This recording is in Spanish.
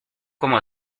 como